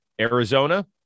Arizona